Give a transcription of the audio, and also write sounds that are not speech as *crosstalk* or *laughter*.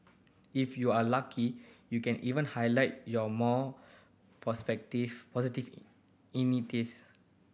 if you are lucky you can even highlight your more *unintelligible* positive *unintelligible* initiatives